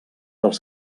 els